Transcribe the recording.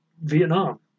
vietnam